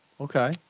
Okay